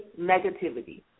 negativity